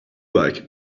like